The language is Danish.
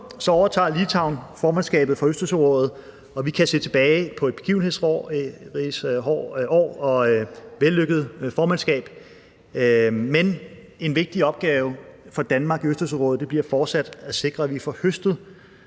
overtager Litauen formandskabet for Østersørådet, og vi kan se tilbage på et begivenhedsrigt år og et vellykket formandskab, men en vigtig opgave for Danmark i Østersørådet bliver fortsat at sikre, at vi får høstet